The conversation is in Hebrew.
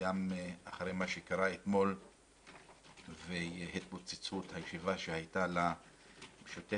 גם אחרי מה שקרה אתמול והתפוצצות הישיבה שהייתה למשותפת.